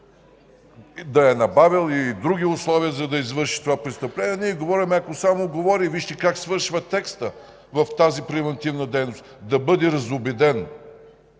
ги е набавил, и други условия, за да извърши това престъпление. Ние говорим, ако само говори. Вижте как свършва текстът в тази превантивна дейност: „да бъде разубеден”.